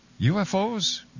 UFOs